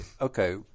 okay